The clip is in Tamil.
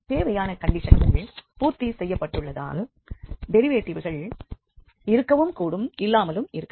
தேவையான கண்டிஷன்கள் பூர்த்தி செய்யப்பட்டுள்ளதால் டெரிவேட்டிவ்கள் இருக்கவும் கூடும் இல்லாமலும் இருக்கலாம்